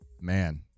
Man